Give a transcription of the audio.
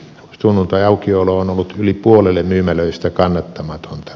sunnuntaiaukiolo on ollut yli puolelle myymälöistä kannattamatonta